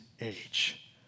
age